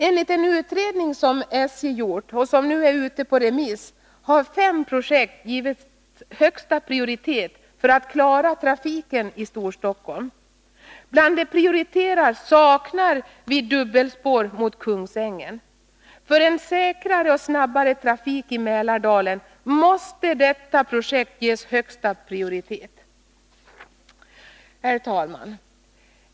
Enligt en utredning som SJ gjort och som nu är ute på remiss har fem projekt för att klara trafiken i Storstockholm givits högsta prioritet. Bland det prioriterade saknar vi dubbelspår mot Kungsängen. För en säkrare och snabbare trafik i Mälardalen måste detta projekt ges högsta prioritet. Herr talman!